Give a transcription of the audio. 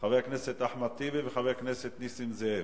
חבר הכנסת אחמד טיבי וחבר הכנסת נסים זאב.